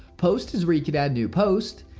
posts is where you can add new posts.